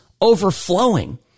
overflowing